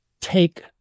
take